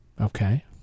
Okay